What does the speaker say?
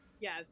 Yes